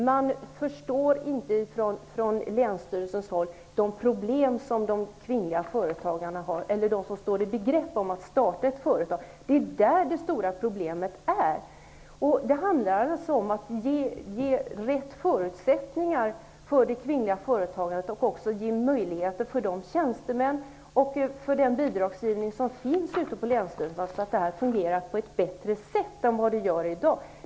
På länsstyrelsehåll förstår man inte de problem som de kvinnliga företagarna och alla de som står i begrepp att starta eget har. Det är det stora bekymret. Det handlar om att ge de rätta förutsättningarna för det kvinnliga företagandet och att ge möjligheter för de tjänstemän som sysslar med bidragsgivning på länsstyrelserna att fungera bättre än i dag.